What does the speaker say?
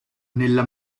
nella